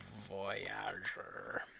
Voyager